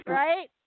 right